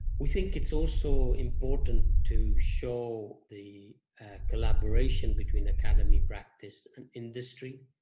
we think it's also important to show the collaboration between academy practice an industry,